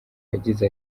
yagize